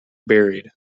buried